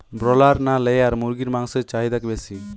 Broiler না layer মুরগির মাংসর চাহিদা বেশি?